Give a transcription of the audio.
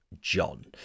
John